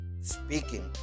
speaking